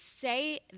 say